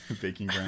Baking